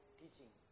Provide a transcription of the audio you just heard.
teaching